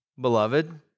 beloved